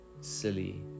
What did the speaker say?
silly